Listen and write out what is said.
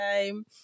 time